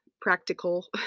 practical